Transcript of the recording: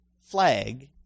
flag